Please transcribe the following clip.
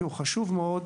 כי הוא חשוב מאוד,